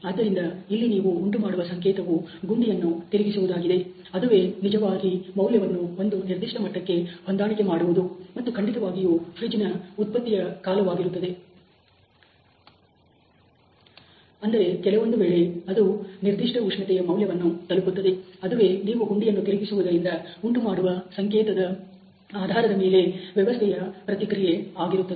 ಆದ್ದರಿಂದ ಇಲ್ಲಿ ನೀವು ಉಂಟುಮಾಡುವ ಸಂಕೇತವು ಗುಂಡಿಯನ್ನು ತಿರುಗಿಸುವುದಾಗಿದೆ ಅದುವೇ ನಿಜವಾಗಿ ಮೌಲ್ಯವನ್ನು ಒಂದು ನಿರ್ದಿಷ್ಟ ಮಟ್ಟಕ್ಕೆ ಹೊಂದಾಣಿಕೆ ಮಾಡುವುದು ಮತ್ತು ಖಂಡಿತವಾಗಿಯೂ ಫ್ರಿಡ್ಜ್ ನ ಉತ್ಪತ್ತಿಯು ಕಾಲವಾಗಿರುತ್ತದೆ ಅಂದರೆ ಕೆಲವೊಂದು ವೇಳೆ ಅದು ನಿರ್ದಿಷ್ಟ ಉಷ್ಣತೆಯ ಮೌಲ್ಯವನ್ನು ತಲುಪುತ್ತದೆ ಅದುವೇ ನೀವು ಗುಂಡಿಯನ್ನು ತಿರುಗಿಸುವುದರಿಂದ ಉಂಟುಮಾಡುವ ಸಂಕೇತದ ಆಧಾರದ ಮೇಲೆ ವ್ಯವಸ್ಥೆಯ ಪ್ರತಿಕ್ರಿಯೆ ಆಗಿರುತ್ತದೆ